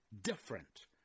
different